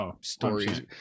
stories